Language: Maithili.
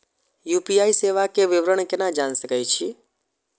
यू.पी.आई सेवा के विवरण केना जान सके छी?